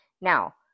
now